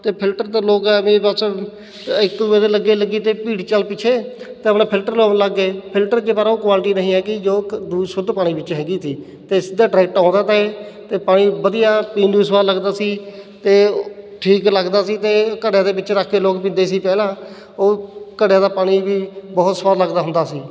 ਅਤੇ ਫਿਲਟਰ ਤਾਂ ਲੋਕ ਐਵੇਂ ਬੱਸ ਇੱਕ ਦੂਜੇ ਦੇ ਲੱਗੇ ਲੱਗੀ ਅਤੇ ਭੇਡ ਚਾਲ ਪਿੱਛੇ ਅਤੇ ਆਪਣਾ ਫਿਲਟਰ ਲਾਉਣ ਲੱਗ ਗਏ ਫਿਲਟਰ ਜੇਕਰ ਉਹ ਕੁਆਲਟੀ ਨਹੀਂ ਹੈਗੀ ਜੋ ਇੱਕ ਦੂਸ ਸ਼ੁੱਧ ਪਾਣੀ ਵਿੱਚ ਹੈਗੀ ਸੀ ਅਤੇ ਸਿੱਧਾ ਡਰੈਕਟ ਆਉਂਦਾ ਤਾ ਇਹ ਅਤੇ ਪਾਣੀ ਵਧੀਆ ਪੀਣ ਨੂੰ ਸਵਾਦ ਲੱਗਦਾ ਸੀ ਅਤੇ ਠੀਕ ਲੱਗਦਾ ਸੀ ਅਤੇ ਘੜਿਆਂ ਦੇ ਵਿੱਚ ਰੱਖ ਕੇ ਲੋਕ ਪੀਂਦੇ ਸੀ ਪਹਿਲਾਂ ਉਹ ਘੜਿਆਂ ਦਾ ਪਾਣੀ ਵੀ ਬਹੁਤ ਸਵਾਦ ਲੱਗਦਾ ਹੁੰਦਾ ਸੀ